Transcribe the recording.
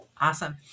Awesome